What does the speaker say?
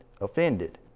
offended